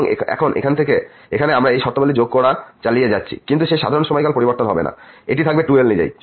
এবং এখন এখানে আমরা এই শর্তাবলী যোগ করা চালিয়ে যাচ্ছি কিন্তু সেই সাধারণ সময়কাল পরিবর্তন হবে না এটি থাকবে 2l নিজেই